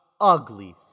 ugly